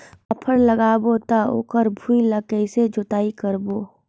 फाफण लगाबो ता ओकर भुईं ला कइसे जोताई करबो?